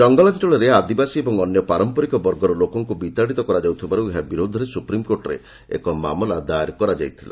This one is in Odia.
ଜଙ୍ଗଲାଞ୍ଚଳର୍ ଆଦିବାସୀ ଓ ଅନ୍ୟ ପାରମ୍ପରିକ ବର୍ଗର ଲୋକମାନଙ୍କୁ ବିତାଡ଼ିତ କରାଯାଉଥିବାର୍ ଏହା ବିରୋଧରେ ସ୍ୱପ୍ରିମ୍କୋର୍ଟରେ ଏକ ମାମଲା ଦାୟର କରାଯାଇଥିଲା